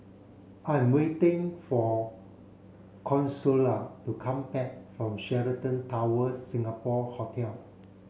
I'm waiting for Consuela to come back from Sheraton Towers Singapore Hotel